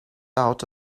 out